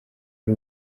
ari